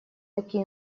такие